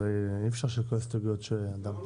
אבל אי אפשר שכל ההסתייגויות -- למה לא?